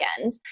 end